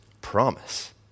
promise